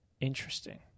Interesting